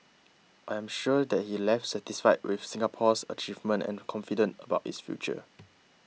I am sure that he left satisfied with Singapore's achievements and confident about its future